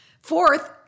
Fourth